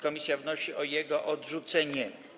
Komisja wnosi o jego odrzucenie.